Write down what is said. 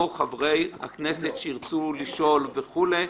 או חברי הכנסת שירצו לשאול וכולי,